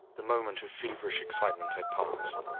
the moment of feverish excitement had passed.